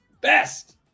best